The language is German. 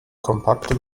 kompakte